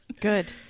Good